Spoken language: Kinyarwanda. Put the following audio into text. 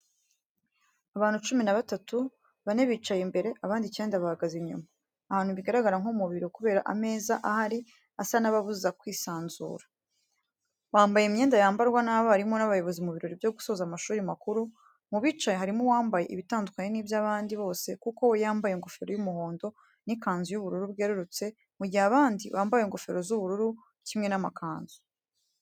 Abantu cumi na batatu, bane bicaye imbere abandi icyenda bahagaze inyuma, ahantu bigaragara nko mu biro kubera ameza ahari asa n'ababuza kwisanzura. Bambaye imyenda yambarwa n'abarimu n'abayobozi mu birori byo gusoza amashuri makuru. Mu bicaye harimo uwambaye ibitandukanye n'iby'abandi bose kuko we yambaye ingofero y'umuhondo n'ikanzu y'ubururu bwerurutse mu gihe abandi bambaye ingofero z'ubururu kimwe n'amakanzu.